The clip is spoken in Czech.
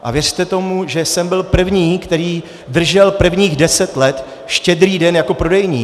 A věřte tomu, že jsem byl první, který držel prvních deset let Štědrý den jako prodejní.